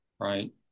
right